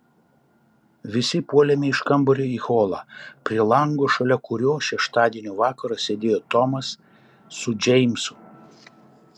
visi puolėme iš kambario į holą prie lango šalia kurio šeštadienio vakarą sėdėjo tomas su džeimsu